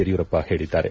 ಯಡಿಯೂರಪ್ಪ ಹೇಳಿದ್ದಾರೆ